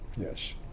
yes